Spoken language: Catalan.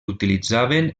utilitzaven